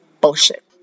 Bullshit